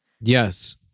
Yes